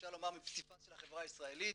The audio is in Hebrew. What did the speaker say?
אפשר לומר, מפסיפס של החברה הישראלית.